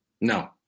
No